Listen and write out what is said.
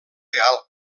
real